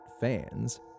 fans